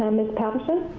miss patterson?